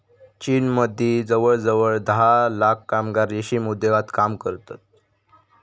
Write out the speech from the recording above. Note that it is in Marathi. चीनमदी जवळजवळ धा लाख कामगार रेशीम उद्योगात काम करतत